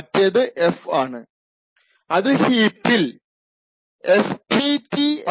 മറ്റേത് f ആണ്അത് ഹീപ്പിൽ fp T എന്ന സ്ട്രക്ച്ചർ അലോക്കേറ്റ് ചെയ്യുന്നു